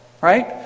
right